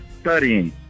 studying